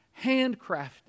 Handcrafted